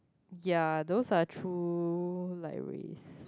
ya those are true light waves